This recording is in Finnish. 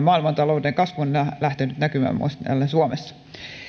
maailmantalouden kasvu on lähtenyt näkymään myös täällä suomessa